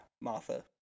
Martha